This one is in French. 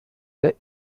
lait